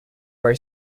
very